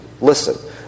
Listen